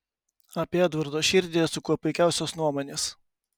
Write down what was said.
apie edvardo širdį esu kuo puikiausios nuomonės